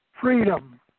freedom